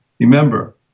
Remember